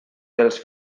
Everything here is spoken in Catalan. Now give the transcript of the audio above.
dels